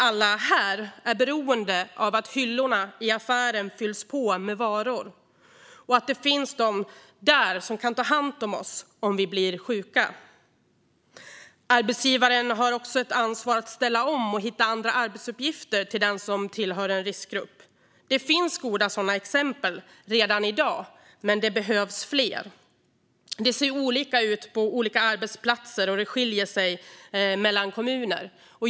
Alla vi här är beroende av att hyllorna i affärerna fylls på med varor och av att det finns någon som kan ta hand om oss om vi blir sjuka. Arbetsgivaren har också ett ansvar för att ställa om och hitta andra arbetsuppgifter till den som tillhör en riskgrupp. Det finns redan i dag goda exempel på det, men det behövs fler. Det ser olika ut på olika arbetsplatser, och det skiljer sig mellan kommuner.